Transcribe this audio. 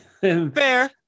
Fair